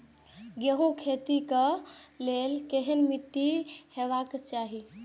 गेहूं के खेतीक लेल केहन मीट्टी हेबाक चाही?